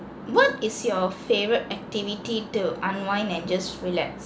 what is your favourite activity to unwind and just relax